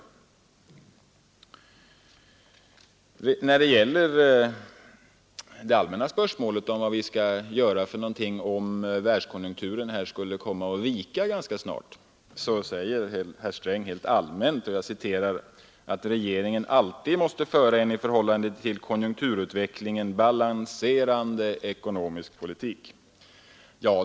När det gäller det allmänna spörsmålet om vad vi skall göra ifall världskonjunkturen skulle komma att vika ganska snart säger herr Sträng helt allmänt, att regeringen alltid måste föra en i förhållande till konjunkturutvecklingen balanserande ekonomisk politik.